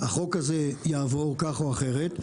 החוק הזה יעבור כך או אחרת,